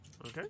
Okay